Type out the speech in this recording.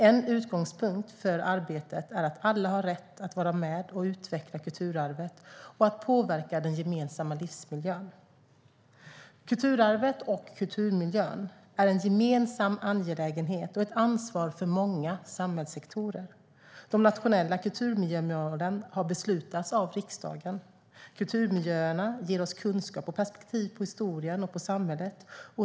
En utgångspunkt för arbetet är att alla har rätt att vara med och utveckla kulturarvet och påverka den gemensamma livsmiljön. Kulturarvet och kulturmiljön är en gemensam angelägenhet och ett ansvar för många samhällssektorer. De nationella kulturmiljömålen har beslutats av riksdagen och gäller sedan den 1 januari 2014. Kulturmiljöerna ger oss kunskap och perspektiv på historien och på samhället.